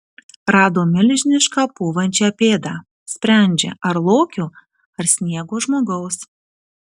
rado milžinišką pūvančią pėdą sprendžia ar lokio ar sniego žmogaus